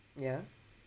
yeah